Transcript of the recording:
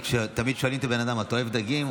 כי כשתמיד שואלים בן אדם: אתה אוהב דגים?